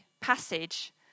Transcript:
passage